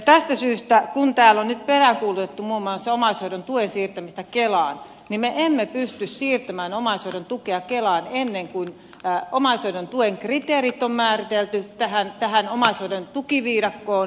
tästä syystä kun täällä on nyt peräänkuulutettu muun muassa omaishoidon tuen siirtämistä kelaan me emme pysty siirtämään omaishoidon tukea kelaan ennen kuin omaishoidon tuen kriteerit on määritelty tähän omaishoidon tukiviidakkoon